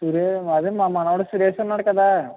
సురే అదే మా మనవడు సురేష్ ఉన్నాడు కదా